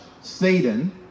Satan